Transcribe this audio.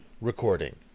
recording